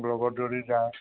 লগত যদি যায়